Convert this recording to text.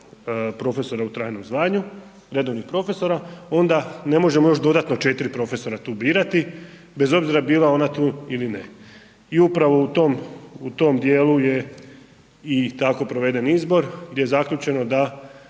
profesora u trajnom zvanju, redovnih profesora, onda ne možemo još dodatno 4 profesora tu birati, bez obzira bila ona tu ili ne. I upravo u tom, u tom dijelu je i tako proveden izbor gdje je zaključeno da